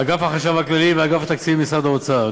אגף החשב הכללי ואגף התקציבים במשרד האוצר,